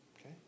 Okay